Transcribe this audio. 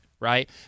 right